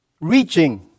Reaching